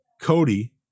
Cody